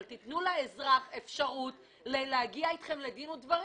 אבל תנו לאזרח אפשרות להגיע אתכם לדין ודברים.